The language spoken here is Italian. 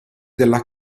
della